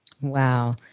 Wow